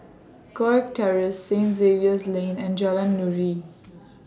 Kirk Terrace Saint Xavier's Lane and Jalan Nuri